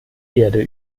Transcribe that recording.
erde